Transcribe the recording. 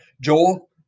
Joel